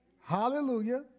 Hallelujah